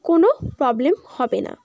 কোনো প্রবলেম হবে না